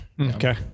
Okay